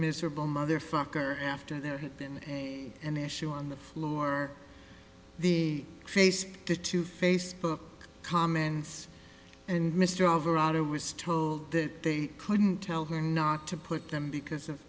miserable motherfucker after there had been an issue on the floor the trace the two facebook comments and mr overawed it was told that they couldn't tell her not to put them because of